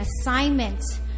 assignment